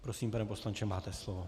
Prosím, pane poslanče, máte slovo.